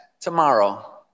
tomorrow